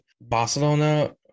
barcelona